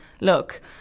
look